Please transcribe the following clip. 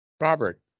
Robert